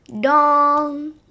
Dong